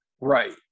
Right